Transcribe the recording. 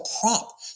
prop